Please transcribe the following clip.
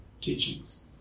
teachings